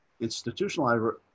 institutionalized